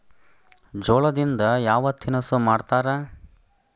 ಜೋಳದಿಂದ ಯಾವ ತಿನಸು ಮಾಡತಾರ?